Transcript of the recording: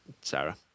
Sarah